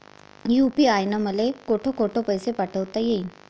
UPI न मले कोठ कोठ पैसे पाठवता येईन?